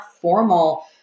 formal